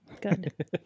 Good